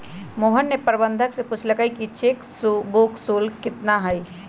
मोहन ने प्रबंधक से पूछल कई कि चेक बुक शुल्क कितना हई?